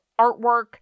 artwork